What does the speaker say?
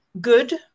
good